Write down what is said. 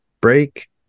break